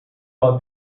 saw